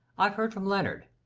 i've heard from leonard.